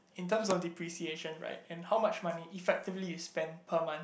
in terms of depreciation right and how much money effectively you spend per month